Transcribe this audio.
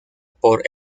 por